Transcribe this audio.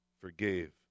forgave